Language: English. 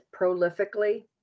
prolifically